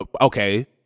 Okay